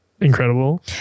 incredible